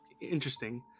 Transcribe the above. interesting